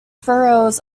furrows